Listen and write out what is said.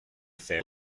fair